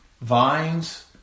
vines